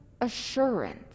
assurance